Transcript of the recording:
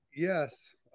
Yes